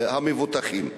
המבוטחים.